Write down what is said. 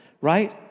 Right